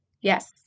Yes